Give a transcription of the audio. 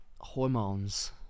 hormones